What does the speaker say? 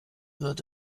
wird